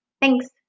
Thanks